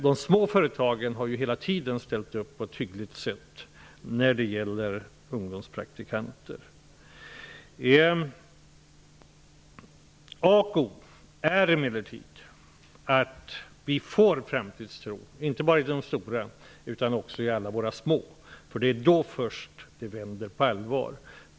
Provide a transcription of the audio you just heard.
De små företagen har hela tiden ställt upp på ett hyggligt sätt när det gäller ungdomspraktikanter. A och O är emellertid att vi får framtidstro, inte bara i de stora företagen utan också i alla våra små företag. Det är först då det vänder på allvar.